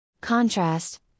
Contrast